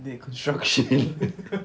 the construction